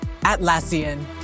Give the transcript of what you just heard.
Atlassian